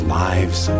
lives